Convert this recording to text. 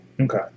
Okay